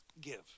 Give